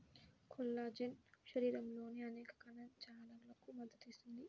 collagen శరీరంలోని అనేక కణజాలాలకు మద్దతు ఇస్తుంది